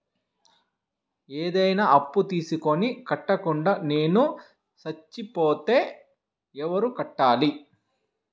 ఏదైనా అప్పు తీసుకొని కట్టకుండా నేను సచ్చిపోతే ఎవరు కట్టాలి?